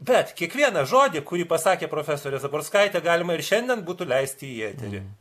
bet kiekvieną žodį kurį pasakė profesorė zaborskaitė galima ir šiandien būtų leisti į eterį